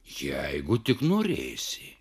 jeigu tik norėsi